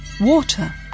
water